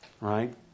right